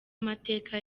amateka